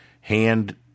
hand